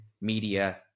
media